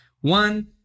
one